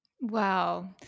Wow